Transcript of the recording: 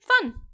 fun